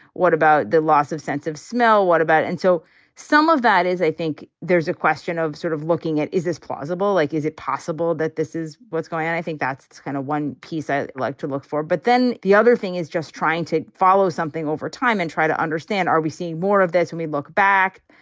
what about the loss of sense of smell? what about. and so some of that is i think there's a question of sort of looking at is this plausible? like, is it possible that this is what's going on? i think that's kind of one piece i'd like to look for. but then the other thing is just trying to follow something over time and try to understand. are we seeing more when we look back?